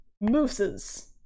mooses